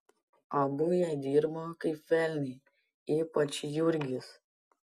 abu jie dirbo kaip velniai ypač jurgis